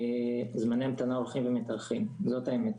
זמני ההמתנה הולכים ומתארכים, זאת האמת.